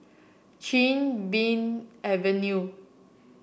Chin Bee Avenue